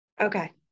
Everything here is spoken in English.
Okay